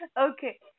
Okay